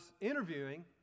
interviewing